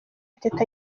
teta